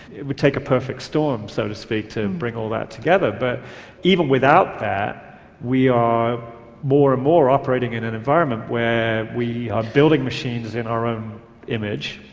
it would take a perfect storm, so to speak, to bring all that together, but even without that we are more and more operating in an environment where we are building machines in our own image.